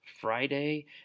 Friday